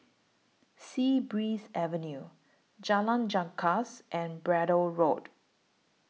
Sea Breeze Avenue Jalan Janggus and Braddell Road